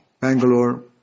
Bangalore